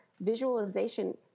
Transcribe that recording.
visualization